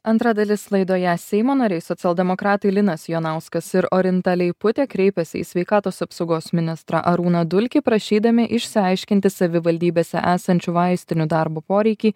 antra dalis laidoje seimo nariai socialdemokratai linas jonauskas ir orinta leiputė kreipėsi į sveikatos apsaugos ministrą arūną dulkį prašydami išsiaiškinti savivaldybėse esančių vaistinių darbo poreikį